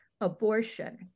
abortion